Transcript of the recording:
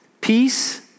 peace